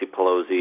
Pelosi